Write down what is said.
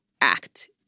act